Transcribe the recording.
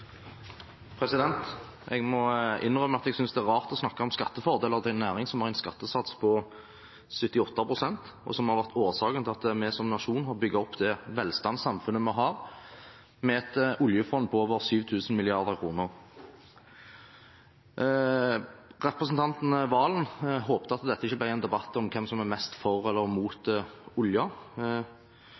rart å snakke om skattefordeler til en næring som har en skattesats på 78 pst., og som har vært årsaken til at vi som nasjon har bygd opp det velferdssamfunnet vi har med et oljefond på over 7 000 mrd. kr. Representanten Serigstad Valen håpet at dette ikke ble en debatt om hvem som er mest for eller mot